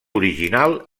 original